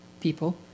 people